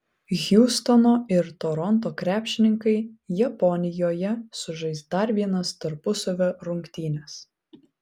hjustono ir toronto krepšininkai japonijoje sužais dar vienas tarpusavio rungtynes